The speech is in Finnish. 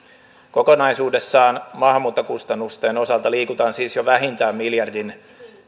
kokonaisuudessaan maahanmuuttokustannusten osalta liikutaan siis jo vähintään miljardin